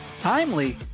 timely